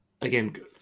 Again